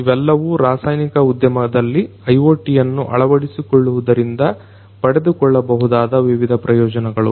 ಇವೆಲ್ಲವೂ ರಾಸಾಯನಿಕ ಉದ್ಯಮದಲ್ಲಿ IoTಯನ್ನು ಅಳವಡಿಸಿಕೊಳ್ಳುವುದರಿಂದ ಪಡೆದುಕೊಳ್ಳಬಹುದಾದ ವಿವಿಧ ಪ್ರಯೋಜನಗಳು